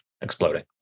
exploding